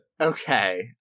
Okay